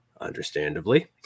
Understandably